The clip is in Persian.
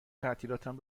تعطیلاتم